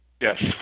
Yes